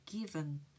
given